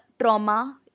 trauma